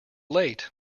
late